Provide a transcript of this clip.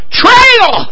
trail